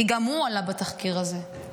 כי גם הוא עלה בתחקיר הזה.